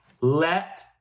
Let